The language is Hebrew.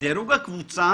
"דירוג הקבוצה,